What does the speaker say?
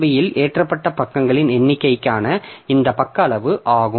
பியில் ஏற்றப்பட்ட பக்கங்களின் எண்ணிக்கைக்கான இந்த பக்க அளவு ஆகும்